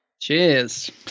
cheers